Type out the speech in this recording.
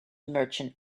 merchant